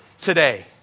today